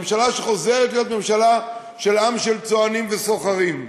ממשלה שחוזרת להיות ממשלה של עם של צוענים וסוחרים.